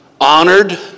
Honored